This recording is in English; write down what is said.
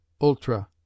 ultra